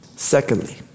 Secondly